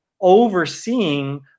overseeing